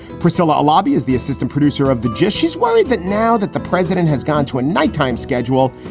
priscilla lobby is the assistant producer of the gist. she's worried that now that the president has gone to a nighttime schedule,